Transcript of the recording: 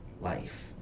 life